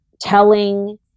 telling